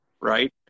right